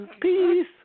peace